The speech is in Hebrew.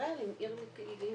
ישראל היא עיר מקלט לפדופילים.